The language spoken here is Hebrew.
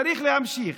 צריך להמשיך.